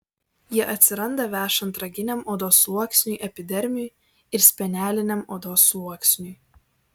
jie atsiranda vešant raginiam odos sluoksniui epidermiui ir speneliniam odos sluoksniui